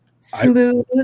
smooth